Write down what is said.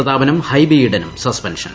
പ്രതാപനും ഹൈബി ഇയ്യ്നും സസ്പെൻഷൻ